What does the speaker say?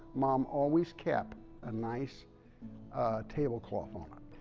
mom always kept a nice tablecloth on it.